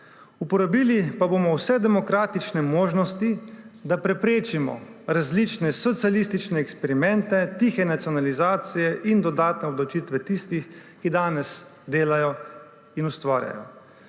Uporabili pa bomo vse demokratične možnosti, da preprečimo različne socialistične eksperimente, tihe nacionalizacije in dodatne obdavčitve tistih, ki danes delajo in ustvarjajo.